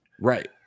Right